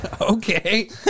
Okay